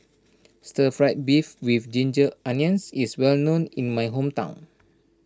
Stir Fried Beef with Ginger Onions is well known in my hometown